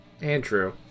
Andrew